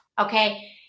okay